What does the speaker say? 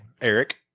Eric